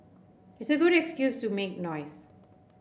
it's a good excuse to make noise